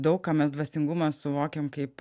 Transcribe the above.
daug ką mes dvasingumą suvokiam kaip